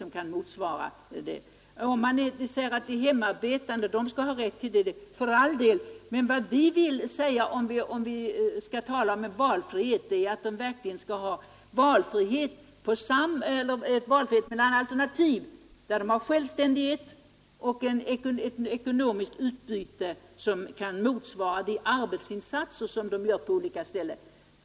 Man kan för all del säga att de hemmaarbetande skall ha rätt till sådan trygghet, men vad vi vill säga är att om vi skall tala om valfrihet, bör det verkligen vara fråga om en valfrihet mellan olika alternativ, som ger självständighet och ett ekono miskt utbyte motsvarande vad som utgår för arbetsinsatser på olika håll i förvärvslivet.